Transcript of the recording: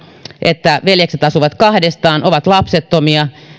että veljekset asuvat kahdestaan ovat lapsettomia ja